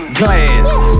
glass